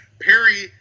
Perry